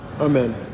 Amen